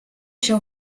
się